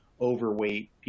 overweight